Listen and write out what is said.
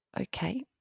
Okay